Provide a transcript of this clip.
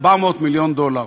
400 מיליון דולר.